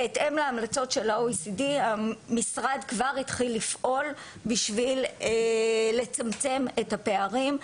בהתאם להמלצות של ה-OECD המשרד כבר התחיל לפעול בשביל לצמצם את הפערים,